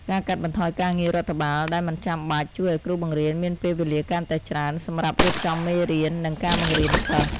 ការកាត់បន្ថយការងាររដ្ឋបាលដែលមិនចាំបាច់ជួយឱ្យគ្រូបង្រៀនមានពេលវេលាកាន់តែច្រើនសម្រាប់រៀបចំមេរៀននិងការបង្រៀនសិស្ស។